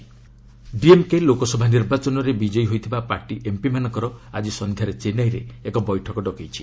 DMK MP ମିଟଜ୍ DMK Lok Sabha ନିର୍ବାଚନରେ ବିଜୟୀ ହୋଇଥିବା ପାର୍ଟି ଏମ୍ପିମାନଙ୍କର ଆଜି ସନ୍ଧ୍ୟାରେ ଚେନ୍ନାଇରେ ଏକ ବୈଠକ ଡକାଇଛି